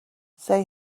say